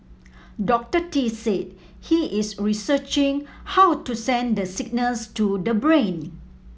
Doctor Tee said he is researching how to send the signals to the brain